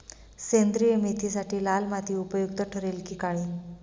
सेंद्रिय मेथीसाठी लाल माती उपयुक्त ठरेल कि काळी?